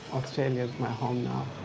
australia is my home now. oh,